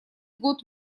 год